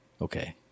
okay